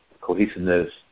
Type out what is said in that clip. cohesiveness